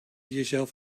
jezelf